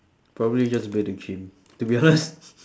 probably just build a gym to be honest